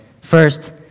First